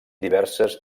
diverses